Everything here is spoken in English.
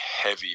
heavy